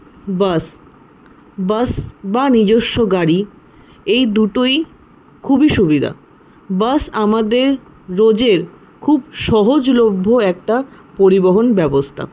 বাস bus বা নিজস্ব গাড়ি এই দুটোই খুবই সুবিধা বাস আমাদের রোজের খুব সহজলভ্য একটা পরিবহন ব্যবস্থা